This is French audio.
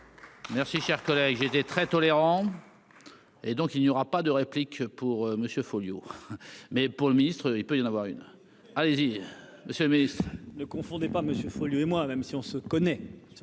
Merci, cher collègue, j'ai été très tolérants. Et donc il n'y aura pas de réplique pour monsieur Folliot, mais pour le ministre, il peut y en avoir une, allez-y monsieur mais. Ne confondez pas monsieur Folliot et moi, même si on se connaît,